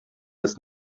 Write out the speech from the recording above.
das